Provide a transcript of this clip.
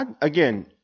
again